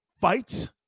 fights